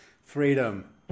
freedom